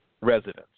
residents